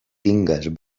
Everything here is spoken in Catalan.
tingues